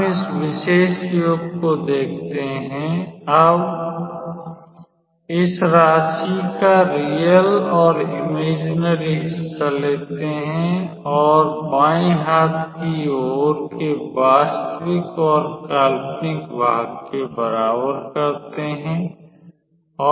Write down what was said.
हम इस विशेष योग को देखते हैं हम अब इस राशि का वास्तविक और काल्पनिक हिस्सा लेते हैं और और बाएं हाथ की ओर के वास्तविक और काल्पनिक भाग के बराबर करते है